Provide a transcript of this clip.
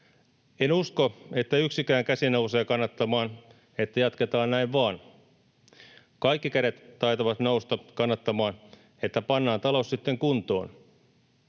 ”En usko, että yksikään käsi nousee kannattamaan, että jatketaan näin vaan. Kaikki kädet taitavat nousta kannattamaan, että pannaan talous sitten kuntoon.